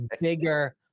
bigger